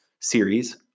series